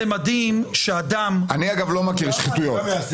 זה מדהים שאדם --- אני, אגב, לא מכיר שחיתויות.